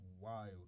wild